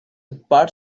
bud